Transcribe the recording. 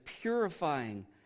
purifying